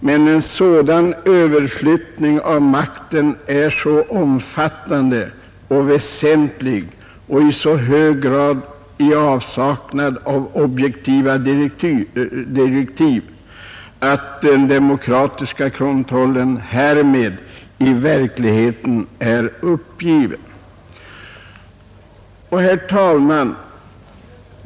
Men en sådan överflyttning av makten är så omfattande och väsentlig och i så hög grad i avsaknad av objektiva direktiv, att den demokratiska kontrollen härmed i verkligheten är uppgiven.” Herr talman!